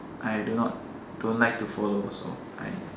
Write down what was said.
I do not don't like to follow also I